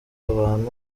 abantu